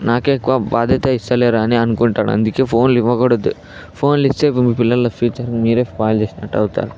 నాకే ఎక్కువ బాధ్యత ఇస్తలేరని అనుకుంటాడు అందుకే ఫోన్లివ్వకూడదు ఫోన్లిస్తే మీ పిల్లల ఫ్యూచర్ని మీరే స్పాయిల్ చేసినట్టు అవుతారు